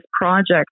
project